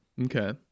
okay